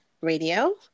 Radio